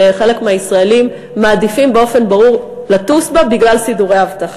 שחלק מהישראלים מעדיפים באופן ברור לטוס בה בגלל סידורי האבטחה.